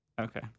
Okay